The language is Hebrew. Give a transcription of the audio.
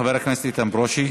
חבר הכנסת איתן ברושי.